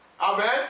Amen